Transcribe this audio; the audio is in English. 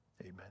Amen